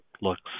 looks